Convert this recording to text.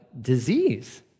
disease